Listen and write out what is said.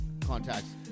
contacts